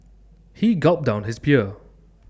he gulped down his beer